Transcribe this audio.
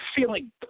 feeling